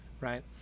right